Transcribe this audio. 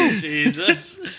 Jesus